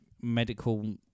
medical